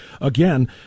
again